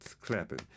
Clapping